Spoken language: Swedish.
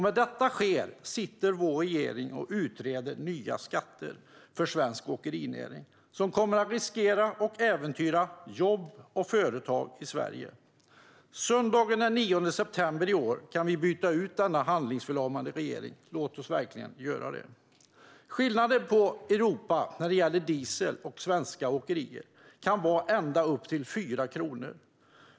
Medan detta sker sitter vår regering och utreder nya skatter för svensk åkerinäring som kommer att riskera och äventyra jobb och företag i Sverige. Söndagen den 9 september i år kan vi byta ut denna handlingsförlamade regering. Låt oss verkligen göra det. Skillnaden i Europa när det gäller diesel och svenska åkerier kan vara ända upp till 4 kronor.